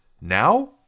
Now